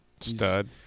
stud